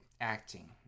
Acting